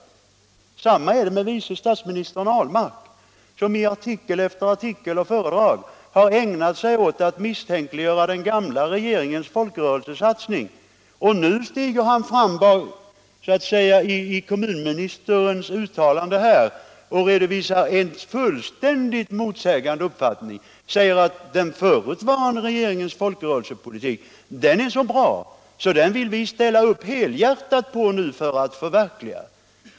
Detsamma är förhållandet med vice statsministern Ahlmark, som i artiklar och föredrag ägnat sig åt att misstänkliggöra den gamla regeringens folkrörelsesatsning. Nu stiger han så att säga genom kommunministerns uttalande fram och redovisar en motsatt uppfattning. Därigenom säger han att den förutvarande regeringens folkrörelsepolitik är så bra att han nu helhjärtat vill ställa upp på den och förverkliga den.